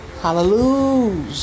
hallelujah